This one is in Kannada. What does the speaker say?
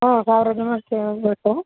ಹಾಂ ಸಾವಿರ ಜನಕ್ಕೆ ಬೇಕು